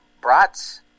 brats